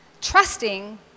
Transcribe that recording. trusting